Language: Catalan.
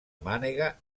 mànega